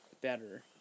better